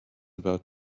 about